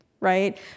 right